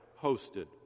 hosted